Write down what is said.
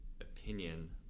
opinion